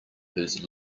whose